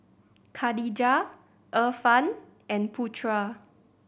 Khadija Irfan and Putra